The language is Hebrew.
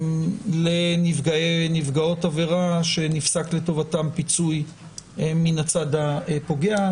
לנפגעי או נפגעות עבירה שנפסק לטובתם פיצוי מן הצד הפוגע.